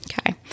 Okay